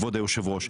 כבוד היושב-ראש.